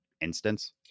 instance